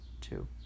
two